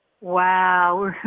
Wow